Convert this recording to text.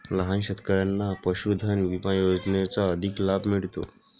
लहान शेतकऱ्यांना पशुधन विमा योजनेचा अधिक लाभ मिळतो